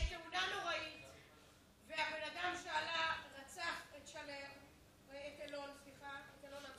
תאונה נוראית, והבן אדם שעלה, רצח את אילון אמסלם.